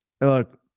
Look